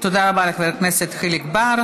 תודה רבה לחבר הכנסת חיליק בר.